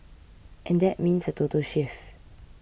and that means a total shift